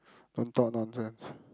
don't talk nonsense